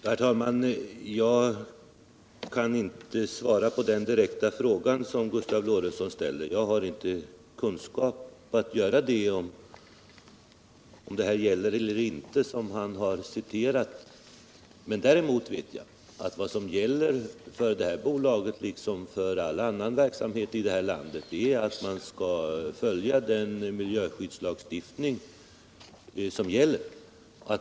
Herr talman! Jag kan inte svara på den direkta fråga som herr Lorentzon ställer. Men däremot vet jag att vad som gäller för detta bolag liksom för all annan verksamhet i detta land är att man skall följa den miljöskyddslagstiftning vi har.